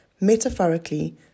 Metaphorically